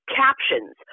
captions